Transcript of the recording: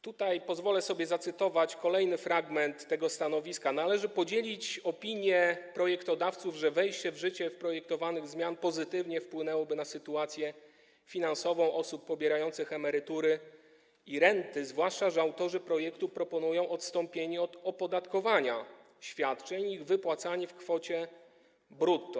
Tutaj pozwolę sobie zacytować kolejny fragment tego stanowiska: Należy podzielić opinię projektodawców, że wejście w życie projektowanych zmian pozytywnie wpłynęłoby na sytuację finansową osób pobierających emerytury i renty, zwłaszcza że autorzy projektu proponują odstąpienie od opodatkowania świadczeń i ich wypłacanie w kwocie brutto.